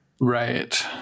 right